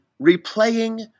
replaying